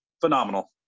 phenomenal